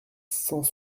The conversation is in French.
cent